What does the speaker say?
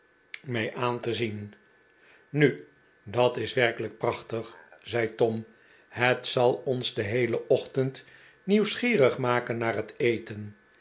mee aan te zien nu dat is werkelijk prachtig zei tom het zal ons den heelen ochtend nieuwsgierig maken naar het eten